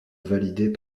validées